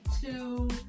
two